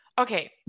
Okay